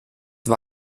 war